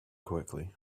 quickly